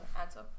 answer